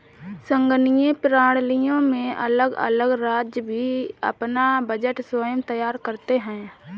संघीय प्रणालियों में अलग अलग राज्य भी अपना बजट स्वयं तैयार करते हैं